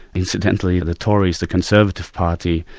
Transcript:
incidentally, the tories, the conservative party,